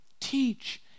teach